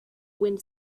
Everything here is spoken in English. wind